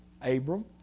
Abram